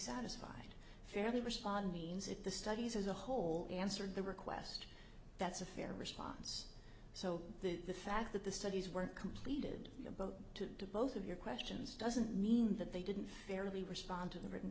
satisfied fairly respond means if the studies as a whole answered the request that's a fair response so the fact that the studies were completed boat to both of your questions doesn't mean that they didn't fairly respond to the written